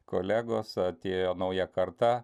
kolegos atėjo nauja karta